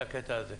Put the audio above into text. את הקטע הזה.